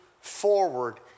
forward